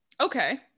Okay